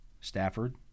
Stafford